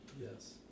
Yes